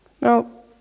Now